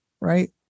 right